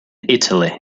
italy